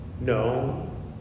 No